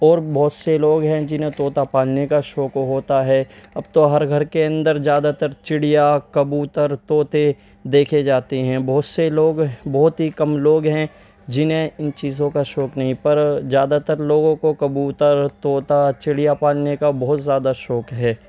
اور بہت سے لوگ ہیں جنہیں طوطا پالنے کا شوق ہوتا ہے اب تو ہر گھر کے اندر زیادہ تر چڑیا کبوتر طوطے دیکھے جاتے ہیں بہت سے لوگ بہت ہی کم لوگ ہیں جنہیں ان چیزوں کا شوق نہیں پر زیادہ تر لوگوں کو کبوتر طوطا چڑیا پالنے کا بہت زیادہ شوق ہے